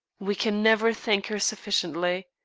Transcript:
we can never thank her sufficiently.